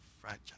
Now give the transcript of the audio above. fragile